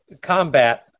combat